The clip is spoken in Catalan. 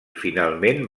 finalment